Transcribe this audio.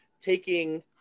taking